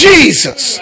Jesus